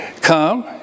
Come